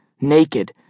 naked